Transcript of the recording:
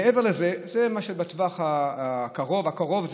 זה מה שבטווח הקרוב, הקרוב,